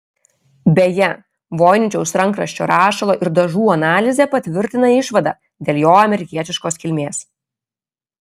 beje voiničiaus rankraščio rašalo ir dažų analizė patvirtina išvadą dėl jo amerikietiškos kilmės